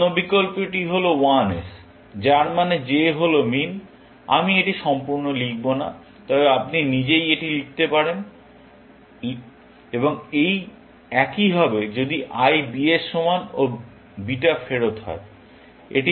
অন্য বিকল্পটি হল l s যার মানে j হল min আমি এটি সম্পূর্ণ লিখব না তবে আপনি নিজেই এটি লিখে নিতে পারেন এই একই হবে যদি i b এর সমান ও বিটা ফেরত হয়